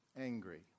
angry